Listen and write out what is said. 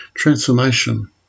Transformation